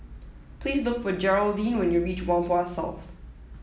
please look for Jeraldine when you reach Whampoa South